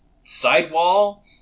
sidewall